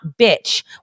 bitch